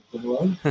Hello